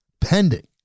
pending